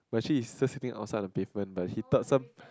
but actually is just sitting outside the pavement but he thought some